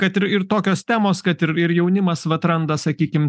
kad ir ir tokios temos kad ir ir jaunimas vat randa sakykim